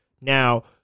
Now